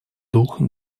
дух